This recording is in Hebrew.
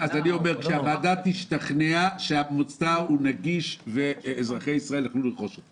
כשהוועדה תשתכנע שהמוצר נגיש ואזרחי ישראל יוכלו לרכוש אותו.